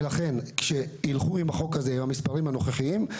לכן אם הולכים עם החוק הזה ועם המספרים הנוכחיים,